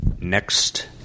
Next